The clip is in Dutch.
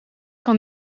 kan